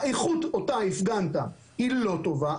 האיכות אותה הפגנת היא לא טובה,